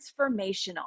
transformational